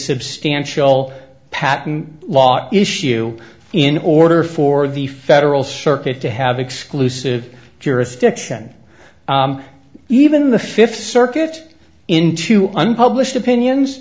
substantial patent law issue in order for the federal circuit to have exclusive jurisdiction even the th circuit into unpublished opinions